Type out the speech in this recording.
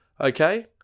okay